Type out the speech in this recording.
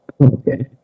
Okay